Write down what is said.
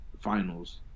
finals